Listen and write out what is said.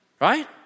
right